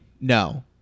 No